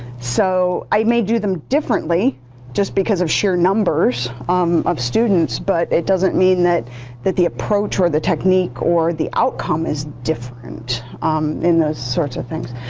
so i may do them differently just because of sheer numbers um of students, but it doesn't mean that that the approach or the technique or the outcome is different in those sorts of things.